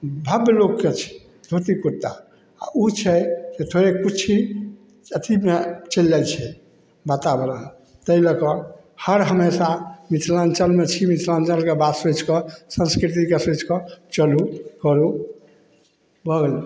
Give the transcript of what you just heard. भव्य लोकके छै धोती कुरता आओर ओ छै थोड़ेक किछु अथीमे चलि जाइ छै वातावरण ताहि लऽके हर हमेशा मिथिलाञ्चलमे छी मिथिलाञ्चलके बात सोचिके संस्कृतिके सोचिके चलू करू भऽ गेलै